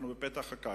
אנחנו בפתח הקיץ.